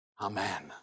Amen